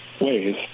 ways